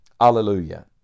hallelujah